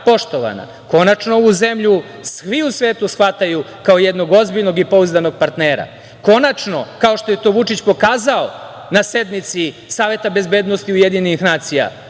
poštovana , konačno ovu zemlju svi u svetu shvataju kao jednog ozbiljnog i pouzdanog partnera i konačno, kao što je to Vučić pokazao, na sednici SB UN, može da kaže onima